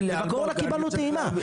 בקורונה קיבלו טעימה.